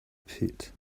pit